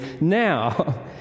now